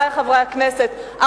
חברי חברי הכנסת,